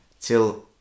till